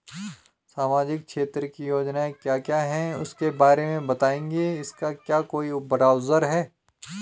सामाजिक क्षेत्र की योजनाएँ क्या क्या हैं उसके बारे में बताएँगे इसका क्या कोई ब्राउज़र है?